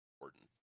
important